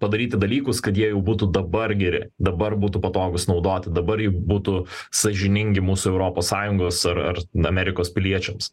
padaryti dalykus kad jie būtų dabar geri dabar būtų patogūs naudoti dabar jau būtų sąžiningi mūsų europos sąjungos ar ar amerikos piliečiams